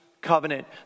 covenant